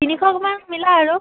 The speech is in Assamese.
তিনিশমান মিলা আৰু